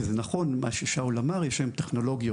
וזה נכון מה ששאול אמר, יש היום טכנולוגיות